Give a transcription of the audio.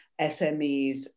SMEs